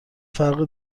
فرق